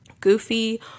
Goofy